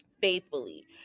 faithfully